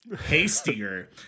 hastier